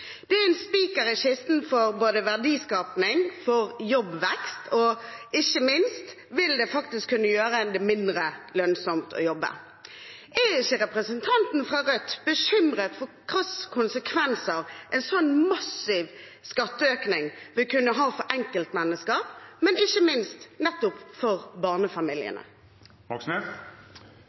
Det er en spiker i kisten for både verdiskaping og jobbvekst, og ikke minst vil det faktisk kunne gjøre det mindre lønnsomt å jobbe. Er ikke representanten fra Rødt bekymret for hvilke konsekvenser en slik massiv skatteøkning vil kunne ha for enkeltmennesker, men ikke minst for